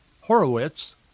Horowitz